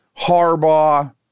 Harbaugh